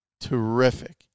Terrific